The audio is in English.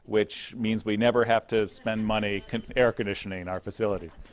which means we never have to spend money air conditioning our facilities.